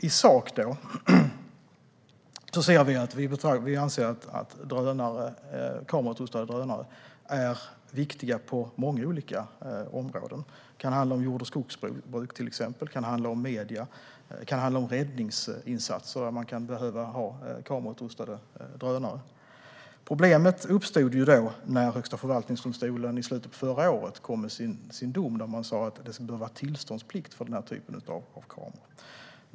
I sak anser vi att kamerautrustade drönare är viktiga på många olika områden. Det kan handla om jord och skogsbruk. Det kan handla om medier. Det kan handla om räddningsinsatser, där man kan behöva ha kamerautrustade drönare. Problemet uppstod när Högsta förvaltningsdomstolen i slutet av förra året kom med sin dom, där man sa att det behöver vara tillståndsplikt för den här typen av kameror.